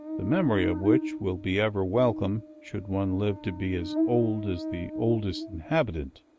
the memory of which will be ever welcome should one live to be as old as the oldest inhabitant.